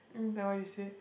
like what you said